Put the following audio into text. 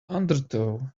undertow